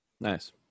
Nice